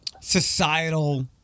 societal